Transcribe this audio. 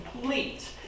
complete